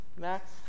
Max